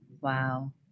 Wow